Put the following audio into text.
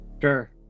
Sure